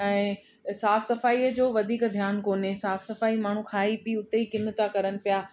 ऐं साफ़ सफ़ाई जो वधीक ध्यानु कोन्हे साफ़ सफ़ाई माण्हू खाई पी हुते ई किनि था करनि पिया